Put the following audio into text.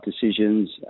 decisions